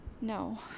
no